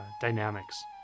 dynamics